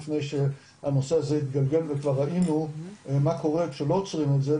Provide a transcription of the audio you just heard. לפני שהנושא הזה יתגלגל וכבר ראינו מה קורה שלא עוצרים את זה,